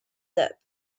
debt